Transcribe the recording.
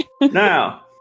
Now